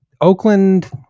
Oakland